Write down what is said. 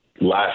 last